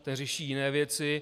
Ten řeší jiné věci.